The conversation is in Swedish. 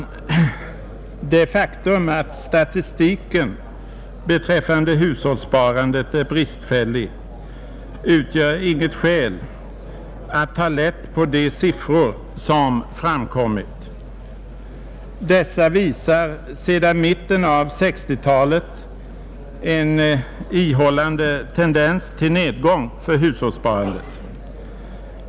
Det faktum att statistiken beträffande hushållssparandet är bristfällig utgör inget skäl för att ta lätt på de siffror som framkommit. Dessa visar sedan mitten av 1960-talet en ihållande tendens till nedgång för hushållssparandet.